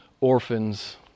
orphans